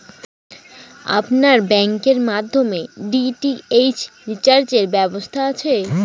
আপনার ব্যাংকের মাধ্যমে ডি.টি.এইচ রিচার্জের ব্যবস্থা আছে?